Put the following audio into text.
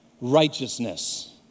righteousness